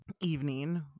evening